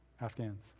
Afghans